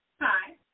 Hi